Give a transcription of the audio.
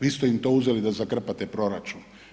Vi ste im to uzeli da zakrpate proračun.